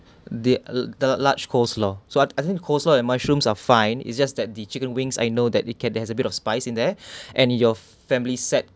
the the large coleslaw so I think coleslaw and mushrooms are fine it's just that the chicken wings I know that it can there's a bit of spice in there and your family set